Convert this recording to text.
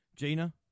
Gina